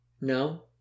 No